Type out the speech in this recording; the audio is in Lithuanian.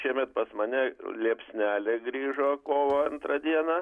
šiemet pas mane liepsnelė grįžo kovo antrą dieną